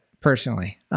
personally